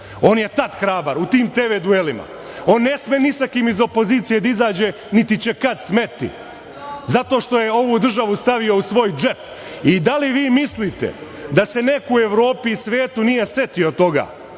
on je tada hrabar, u tim TV duelima. On ne sme ni sa kim iz opozicije da izađe, niti će kada smeti, zato što je ovu državu stavio u svoj džep. Da li vi mislite da se neko u Evropi i svetu nije setio toga